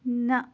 نَہ